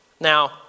Now